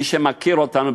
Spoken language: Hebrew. מי שמכיר אותנו,